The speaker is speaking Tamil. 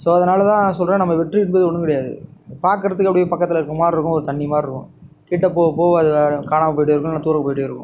ஸோ அதனால் தான் சொல்கிறேன் நம்ம வெற்றி என்பது ஒன்றுங்கெடையாது பார்க்கறத்துக்கு அப்படியே பக்கத்தில் இருக்க மாதிரி இருக்கும் ஒரு தண்ணி மாதிரி இருக்கும் கிட்டே போக போக அது அது காணாமல் போகிட்டேருக்கும் இல்லை தூர போகிட்டேருக்கும்